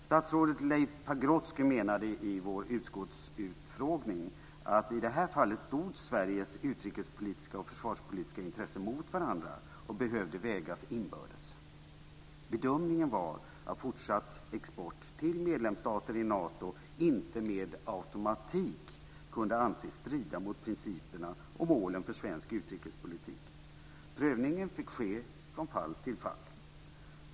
Statsrådet Leif Pagrotsky menade i utskottsutfrågningen att i det här fallet stod Sveriges utrikespolitiska och försvarspolitiska intressen mot varandra och behövde vägas inbördes. Bedömningen var att fortsatt export till medlemsstater i Nato inte med automatik kunde anses strida mot principerna och målen för svensk utrikespolitik. Prövningen fick ske från fall till fall.